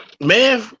Man